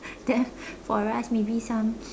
then for us maybe some